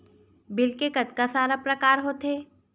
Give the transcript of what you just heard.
Bill के कतका सारा प्रकार होथे?